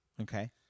Okay